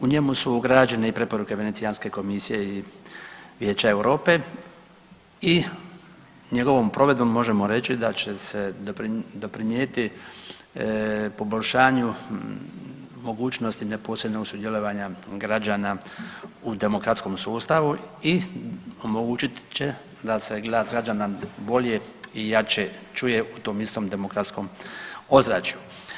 U njemu su ugrađene i preporuke Venecijanske komisije i Vijeća Europe i njegovom provedbom možemo reći da će se doprinijeti poboljšanju mogućnosti neposrednog sudjelovanja građana u demokratskom sustavu i omogućit će da se glas građana bolje i jače čuje u tom istom demokratskom ozračju.